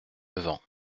levant